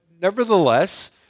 nevertheless